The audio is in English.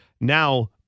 Now